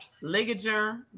ligature